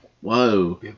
whoa